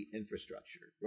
infrastructure